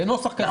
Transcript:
בנוסח כזה או